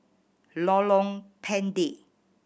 Lorong Pendek